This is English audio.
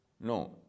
No